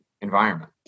environment